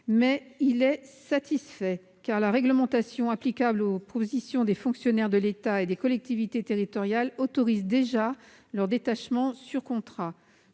ils sont satisfaits, car la réglementation applicable aux positions des fonctionnaires de l'État et des collectivités territoriales autorise déjà leur détachement sur contrat.